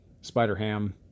Spider-Ham